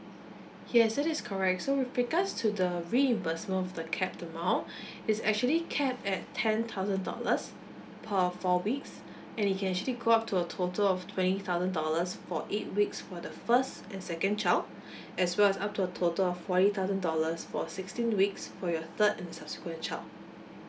yes that is correct so with regards to the reimbursement of the capped amount is actually cap at ten thousand dollars per four weeks and it can actually go up to a total of twenty thousand dollars for eight weeks for the first and second child as well as up to a total of forty thousand dollars for sixteen weeks for your third and the subsequent child